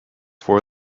four